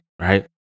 right